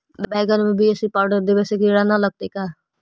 बैगन में B A C powder देबे से किड़ा न लगतै का?